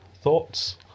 thoughts